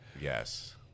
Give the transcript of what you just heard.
Yes